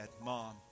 Mom